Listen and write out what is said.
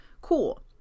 cool